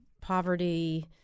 poverty